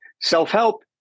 Self-help